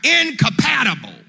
incompatible